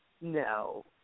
No